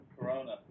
Corona